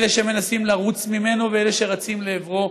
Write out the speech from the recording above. אלה שמנסים לרוץ ממנו ואלה שרצים לעברו,